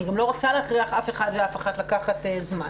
אני גם לא רוצה להכריח אף אחד ואף אחת לקחת זמן.